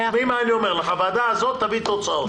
תשמעי מה אני אומר לך, הוועדה הזאת תביא תוצאות.